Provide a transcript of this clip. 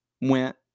Went